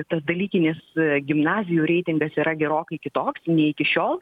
tas dalykinis gimnazijų reitingas yra gerokai kitoks nei iki šiol